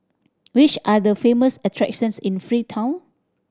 which are the famous attractions in Freetown